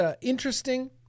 interesting